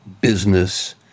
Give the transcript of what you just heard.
business